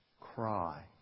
cry